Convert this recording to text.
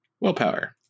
Willpower